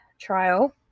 trial